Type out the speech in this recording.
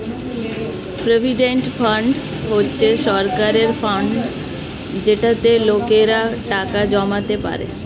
provident fund হচ্ছে সরকারের fund যেটাতে লোকেরা টাকা জমাতে পারে